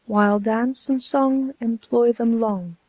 while dance and song employ them long,